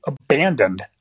abandoned